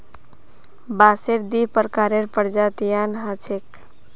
बांसेर दी प्रकारेर प्रजातियां ह छेक